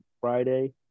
Friday